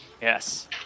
Yes